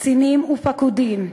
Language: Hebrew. קצינים ופקודים,